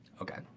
Okay